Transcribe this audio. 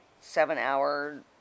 seven-hour